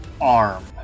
arm